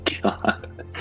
god